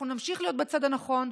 אנחנו נמשיך להיות בצד הנכון,